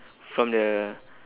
from the